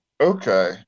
okay